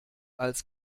als